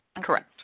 Correct